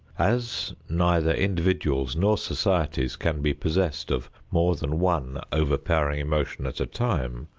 as neither individuals nor societies can be possessed of more than one overpowering emotion at a time,